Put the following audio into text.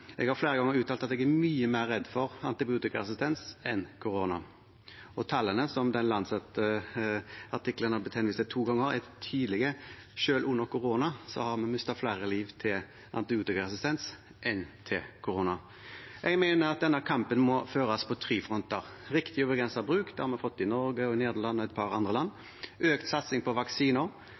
Jeg har flere ganger uttalt at jeg er mye mer redd for antibiotikaresistens enn for korona, og tallene i The Lancet-artikkelen det har blitt henvist til to ganger, er tydelige: Selv under korona har vi mistet flere liv til antibiotikaresistens enn til korona. Jeg mener at denne kampen må føres på tre fronter. Vi må ha riktig og begrenset bruk – det har vi fått i Norge, i Nederland og i et par andre land. Vi må ha økt satsing på vaksiner,